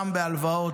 גם בהלוואות,